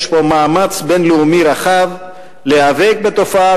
יש פה מאמץ בין-לאומי רחב להיאבק בתופעה,